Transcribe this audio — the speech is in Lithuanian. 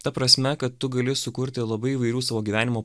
ta prasme kad tu gali sukurti labai įvairių savo gyvenimo